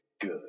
good